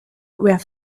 were